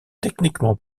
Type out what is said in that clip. techniquement